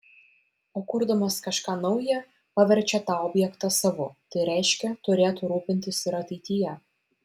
o kurdamas kažką nauja paverčia tą objektą savu tai reiškia turėtų rūpintis ir ateityje